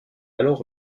alors